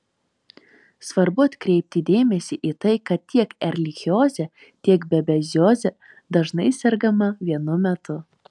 svarbu atkreipti dėmesį į tai kad tiek erlichioze tiek babezioze dažnai sergama vienu metu